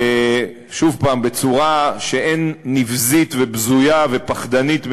שוב, בצורה שאין נבזית ובזויה ופחדנית ממנה,